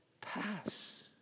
pass